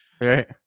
right